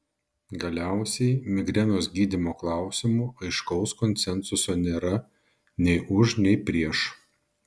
galiausiai migrenos gydymo klausimu aiškaus konsensuso nėra nei už nei prieš